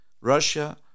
Russia